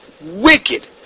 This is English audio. wicked